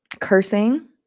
cursing